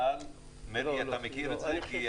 מרגי מכיר